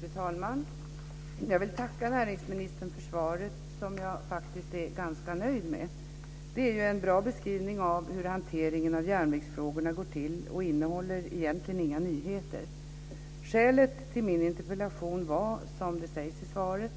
Fru talman! Jag vill tacka näringsministern för svaret, som jag faktiskt är ganska nöjd med. Det är en bra beskrivning av hur hanteringen av järnvägsfrågorna går till och innehåller egentligen inga nyheter. Skälet till min interpellation var, som sägs i svaret,